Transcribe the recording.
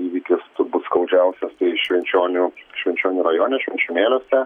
įvykis turbūt skaudžiausias tai švenčionių švenčionių rajone švenčionėliuose